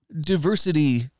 diversity